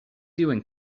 doing